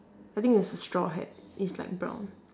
I think it's a straw hat it's like brown